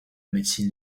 médecine